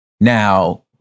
Now